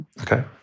Okay